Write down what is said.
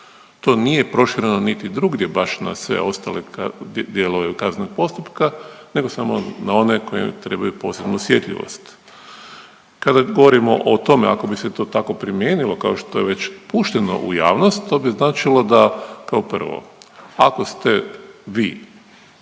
To nije prošireno niti drugdje baš na sve ostale dijelove kaznenog postupka nego samo na one koji trebaju posebnu osjetljivost. Kada govorimo o tome ako bi se to tako primijenilo kao što je već pušteno u javnost to bi značilo da kao prvo, ako ste vi